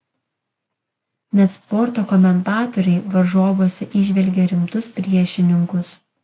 net sporto komentatoriai varžovuose įžvelgia rimtus priešininkus